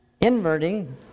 inverting